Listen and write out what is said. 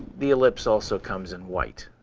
the ellipse also comes in white.